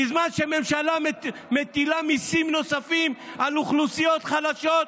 בזמן שממשלה מטילה מיסים נוספים על אוכלוסיות חלשות,